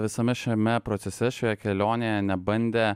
visame šiame procese šioje kelionėje nebandė